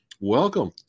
Welcome